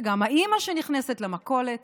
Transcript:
וגם האימא שנכנסת למכולת